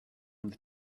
with